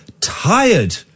tired